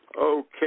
Okay